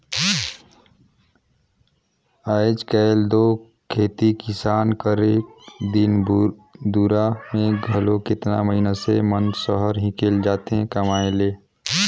आएज काएल दो खेती किसानी करेक दिन दुरा में घलो केतना मइनसे मन सहर हिंकेल जाथें कमाए ले